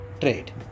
trade